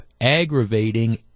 aggravating